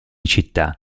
città